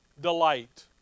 delight